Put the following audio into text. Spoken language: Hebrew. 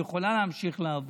היא יכולה להמשיך לעבוד,